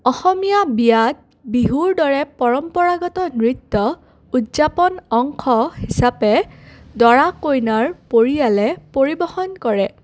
অসমীয়া বিয়াত বিহুৰ দৰে পৰম্পৰাগত নৃত্য উদযাপন অংশ হিচাপে দৰা কইনাৰ পৰিয়ালে পৰিবহন কৰে